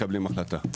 מקבלים החלטה.